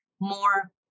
more